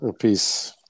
Peace